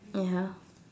ya